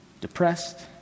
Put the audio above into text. depressed